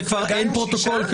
כבר אין פרוטוקול.